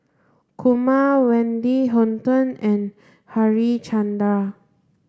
Kumar Wendy Hutton and Harichandra